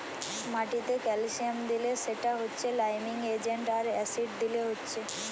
মাটিতে ক্যালসিয়াম দিলে সেটা হচ্ছে লাইমিং এজেন্ট আর অ্যাসিড দিলে হচ্ছে